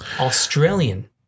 Australian